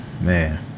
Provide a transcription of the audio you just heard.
man